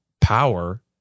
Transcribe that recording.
power